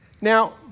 Now